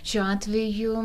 šiuo atveju